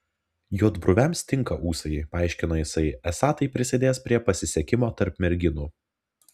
juodbruviams tinka ūsai paaiškino jinai esą tai prisidės prie pasisekimo tarp merginų